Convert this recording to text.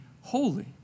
holy